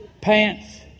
pants